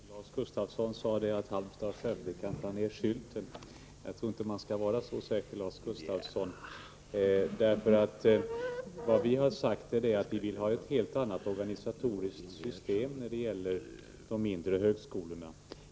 Herr talman! Lars Gustafsson sade att Halmstad och Skövde kan ”ta ner skylten”. Jag tror inte att man skall vara så säker, Lars Gustafsson, därför att vad vi har sagt är att vi vill ha ett helt annat organisatoriskt system när det gäller de mindre högskolorna.